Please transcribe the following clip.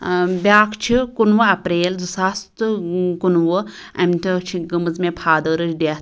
ٲں بیٛاکھ چھُ کُنوُہ اپریل زٕ ساس تہٕ کُنوُہ اَمہِ دۄہ چھِ گٔمٕژ مےٚ فادرَس ڈیٚتھ